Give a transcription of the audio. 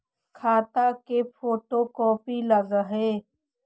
खाता के photocopy लगहै?